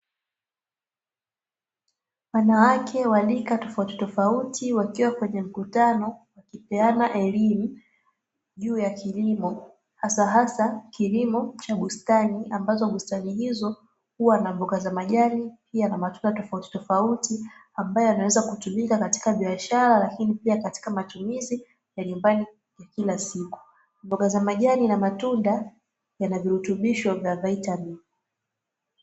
Wanawake wa rika tofautitofauti wakiwa kwenye mkutano wakipeana elimu juu ya kilimo, hasahasa kilimo cha bustani ambazo bustani hizo, uwa na mboga za majani pia na matunda tofautitofauti, ambayo yanaweza kutumika katika biashara lakini pia katika matumizi ya nyumbani ya kila siku. Mboga za majani na matunda yana virutubisho vya vaitamini.